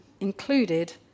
included